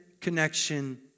connection